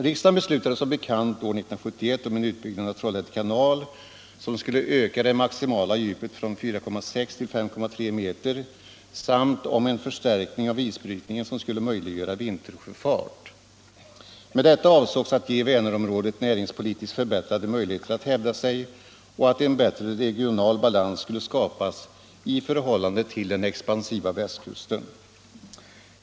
Riksdagen beslutade som bekant år 1971 om en utbyggnad av Trollhätte kanal som skulle öka det maximala djupet från 4,6 till 5,3 meter samt om en förstärkning av isbrytningen som skulle möjliggöra vintersjöfart. Med detta avsågs att man skulle ge Vänerområdet näringspolitiskt förbättrade möjligheter att hävda sig och att en bättre regional balans skulle skapas i förhållande till den expansiva västkusten.